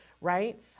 right